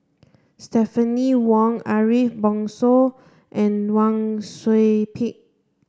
Stephanie Wong Ariff Bongso and Wang Sui Pick